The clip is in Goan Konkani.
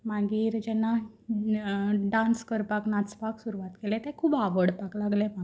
मागीर जेन्ना डान्स करपाक नाचपाक सुरवात केलें तें खूब आवडपाक लागलें म्हाका